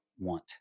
want